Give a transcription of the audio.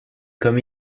comme